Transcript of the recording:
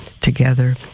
together